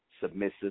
submissive